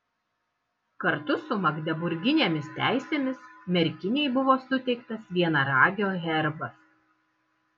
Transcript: kartu su magdeburginėmis teisėmis merkinei buvo suteiktas vienaragio herbas